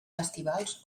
festivals